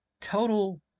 total